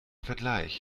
vergleich